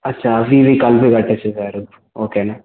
ఆ ఛార్జులన్నీ కలిపి కట్టేస్తాను సార్